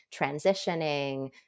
transitioning